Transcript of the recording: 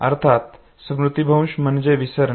अर्थात स्मृतीभ्रंश म्हणजे विसरणे